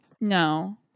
No